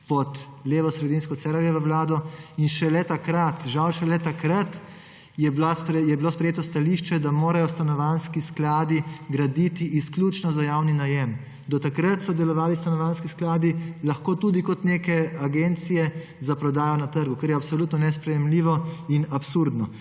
pod levosredinsko Cerarjevo vlado. In šele takrat, žal šele takrat, je bilo sprejeto stališče, da morajo stanovanjski skladi graditi izključno za javni najem. Do takrat so delovali stanovanjski skladi lahko tudi kot neke agencije za prodajo na trgu, kar je absolutno nesprejemljivo in absurdno.